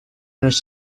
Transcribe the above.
finish